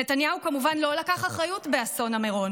נתניהו כמובן לא לקח אחריות באסון מירון.